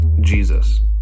Jesus